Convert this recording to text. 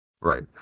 Right